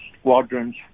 squadrons